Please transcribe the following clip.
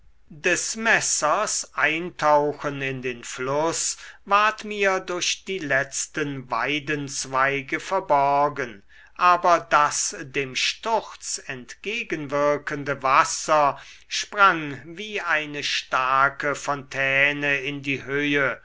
des messers eintauchen in den fluß ward mir durch die letzten weidenzweige verborgen aber das dem sturz entgegenwirkende wasser sprang wie eine starke fontäne in die höhe